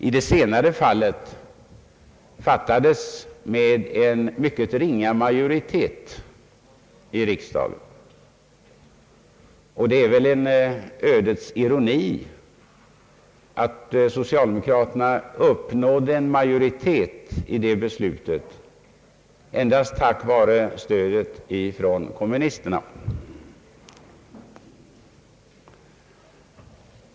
I det senare fallet fattades beslutet med mycket ringa majoritet i riksdagen. Det är en ödets ironi att socialdemokraterna uppnådde majoritet för detta beslut endast tack vare stöd från kommunisterna.